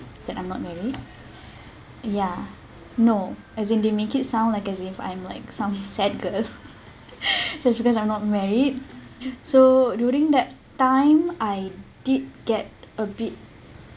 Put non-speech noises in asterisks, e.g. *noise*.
that I'm not married ya no as in they make it sound like as if I'm like some sad girl *laughs* just because I'm not married so during that time I did get a bit